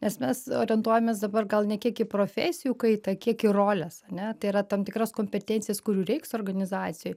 nes mes orientuojamės dabar gal ne kiek į profesijų kaitą kiek į roles ane tai yra tam tikras kompetencijas kurių reiks organizacijoj